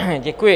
Děkuji.